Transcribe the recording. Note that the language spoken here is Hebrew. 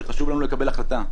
חשוב לנו לקבל החלטה.